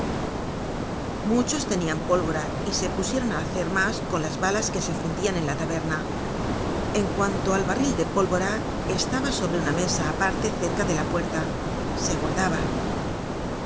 muchos tenian pólvora y se pusieron á hacer mas con las balas que se fundian en la taberna en cuanto al barril de pólvora estaba sobre una mesa aparte cerca de la puerta se guardaba